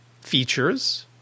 features